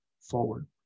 forward